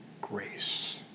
grace